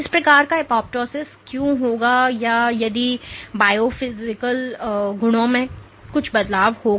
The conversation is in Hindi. इस प्रकार का एपोप्टोसिस क्यों होगा और यदि बायोफिजिकल गुणों में कुछ बदलाव होगा